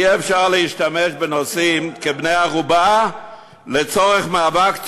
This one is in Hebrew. אי-אפשר להשתמש בנוסעים כבני-ערובה לצורך מאבק,